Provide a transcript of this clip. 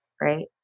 Right